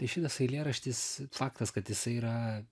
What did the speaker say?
šitas eilėraštis faktas kad jisai yra